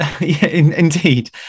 Indeed